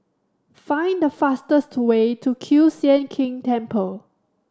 find the fastest way to Kiew Sian King Temple